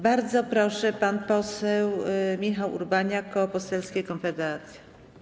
Bardzo proszę, pan poseł Michał Urbaniak, Koło Poselskie Konfederacja.